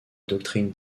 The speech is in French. doctrine